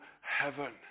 heaven